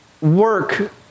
work